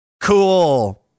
cool